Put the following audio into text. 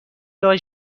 ارائه